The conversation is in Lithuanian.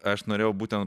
aš norėjau būtent